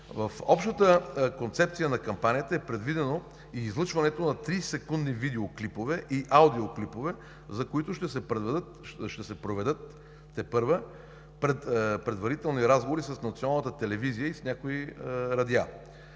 В общата концепция на кампанията е предвидено и излъчването на 30-секундни видеоклипове и аудиоклипове, за които ще се проведат тепърва предварителни разговори с Националната телевизия и с някои радиа.